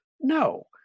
No